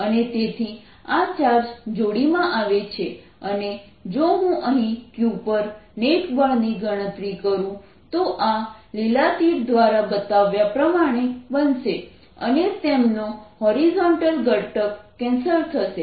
અને તેથી આ ચાર્જ જોડીમાં આવે છે અને જો હું અહીં q પર નેટ બળ ની ગણતરી કરું તો આ લીલા તીર દ્વારા બતાવ્યા પ્રમાણે બનશે અને તેમનો હોરિઝોન્ટલ ઘટક કેન્સલ થશે